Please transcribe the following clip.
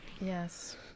Yes